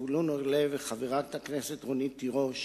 זבולון אורלב וחברת הכנסת רונית תירוש